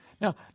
Now